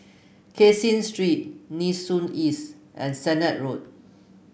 Caseen Street Nee Soon East and Sennett Road